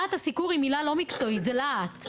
להט הסיקור היא מילה לא מקצועית, זה להט.